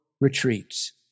retreats